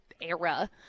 era